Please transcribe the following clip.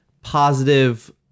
positive